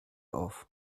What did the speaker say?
auf